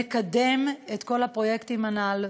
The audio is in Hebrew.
מקדם את כל הפרויקטים הנ"ל,